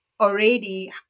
already